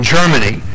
Germany